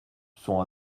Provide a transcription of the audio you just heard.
sont